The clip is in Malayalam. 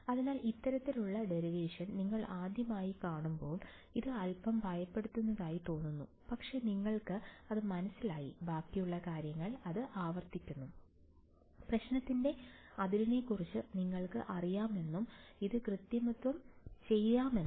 അതിനാൽ ഇത്തരത്തിലുള്ള ടെറിവേഷൻ നിങ്ങൾ ആദ്യമായി കാണുമ്പോൾ ഇത് അൽപ്പം ഭയപ്പെടുത്തുന്നതായി തോന്നുന്നു പക്ഷേ നിങ്ങൾക്ക് അത് മനസ്സിലായി ബാക്കിയുള്ള കാര്യങ്ങൾ ഇത് ആവർത്തിക്കുന്നു പ്രശ്നത്തിന്റെ അതിരിനെക്കുറിച്ച് നിങ്ങൾക്ക് അറിയാമെന്നും ഇത് കൃത്രിമത്വം ചെയ്യാമെന്നും